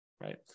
Right